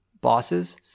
bosses